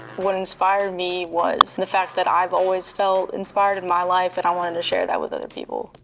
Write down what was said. what inspired me was the fact that i've always felt inspired in my life, that i wanted to share that with other people.